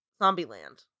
Zombieland